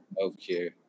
Okay